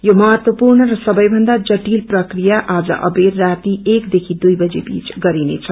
यो महत्वपूर्ण र सबै भन्दा जटिल प्रक्रिया आज अबेर राति एक देखि दुई बजी बीच गरिनेछ